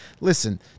Listen